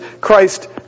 Christ